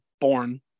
born